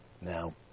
Now